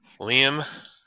Liam